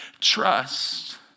trust